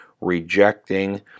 rejecting